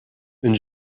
une